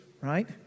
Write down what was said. right